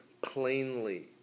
Plainly